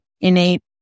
innate